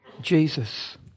Jesus